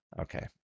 Okay